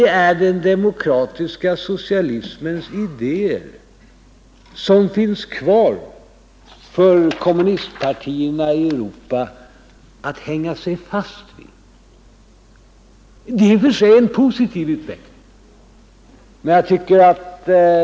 Kommunistpartierna i Europa måste hänga sig fast vid den demokratiska socialismens idéer. Det är i och för sig en positiv utveckling.